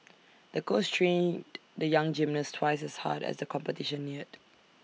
the coach trained the young gymnast twice as hard as the competition neared